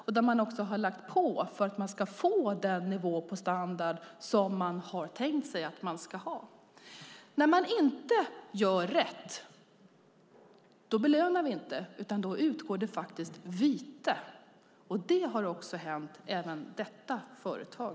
Där har man också lagt på för att få den nivå på standarden som man har tänkt sig att man ska ha. När man inte gör rätt belönar vi inte, utan då utgår faktiskt vite, och det har även hänt detta företag.